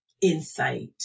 insight